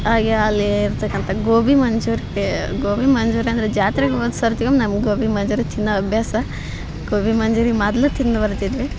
ಹಾಗೆ ಅಲ್ಲಿರ್ತಕ್ಕಂಥ ಗೋಬಿ ಮಂಚೂರಿಗೆ ಗೋಬಿ ಮಂಚೂರಿ ಅಂದರೆ ಜಾತ್ರೆಗೆ ಹೋದ ಸರ್ತಿಗೆ ನಮ್ಗೆ ಗೋಬಿ ಮಂಚೂರಿ ತಿನ್ನುವ ಅಭ್ಯಾಸ ಗೋಬಿ ಮಂಜೂರಿ ಮೊದ್ಲು ತಿಂದು ಬರ್ತಿದ್ವಿ